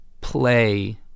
play